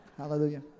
Hallelujah